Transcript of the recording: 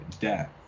death